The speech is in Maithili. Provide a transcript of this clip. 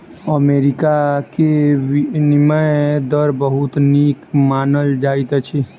अमेरिका के विनिमय दर बहुत नीक मानल जाइत अछि